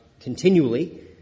continually